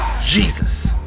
Jesus